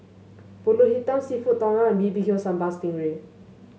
pulut hitam seafood Tom Yum and B B Q Sambal Sting Ray